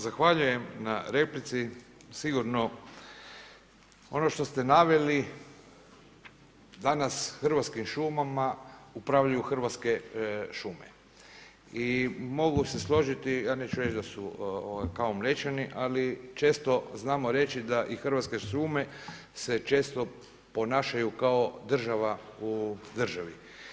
Zahvaljujem na replici, sigurno ono što ste naveli, danas hrvatskim šumama upravljaju Hrvatske šume i mogu se složiti, ja neću reći da su kao Mlečani ali često znamo reći i Hrvatske šume se često ponašaju kao država u državi.